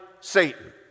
Satan